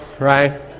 right